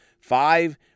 Five